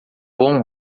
bom